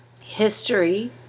history